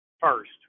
first